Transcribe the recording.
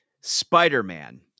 Spider-Man